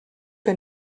que